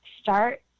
start